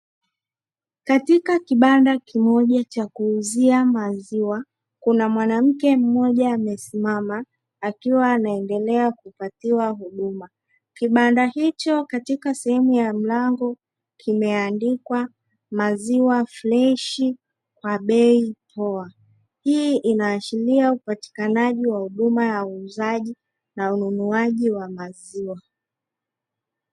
Katika kibanda kimoja cha kuuzia maziwa, kuna mwanamke mmoja amesimama akiwa anaendelea kupewa huduma. Kibanda hicho katika sehemu ya mlango kimeandikwa maziwa freshi kwa bei poa. Hii inaashiria upatikanaji wa huduma ya uuzaji na ununuaji wa maziwa.